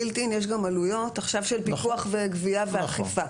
build-in יש גם עלויות עכשיו של פיקוח וגבייה ואכיפה.